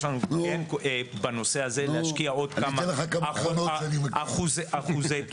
יש לנו כן בנושא הזה להשקיע עוד כמה אחוזי תוצר.